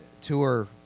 tour